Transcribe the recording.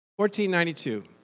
1492